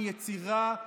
מיצירה,